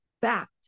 fact